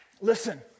Listen